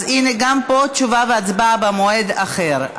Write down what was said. אז הינה, גם פה תשובה והצבעה במועד אחר.